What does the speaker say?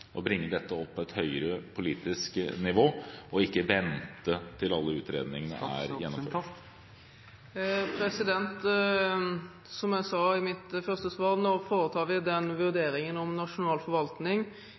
å bringe dette opp på et høyere politisk nivå, og ikke vente til alle utredningene er gjennomført? Som jeg sa i mitt første svar: Nå foretar vi den vurderingen om nasjonal forvaltning.